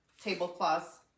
tablecloths